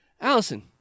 Allison